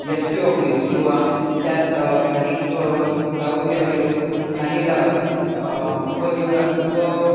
yes P office किंवा त्यात स्थानिक तालुक्यातील ठाणेदार उपजिल्हा उप